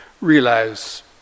realize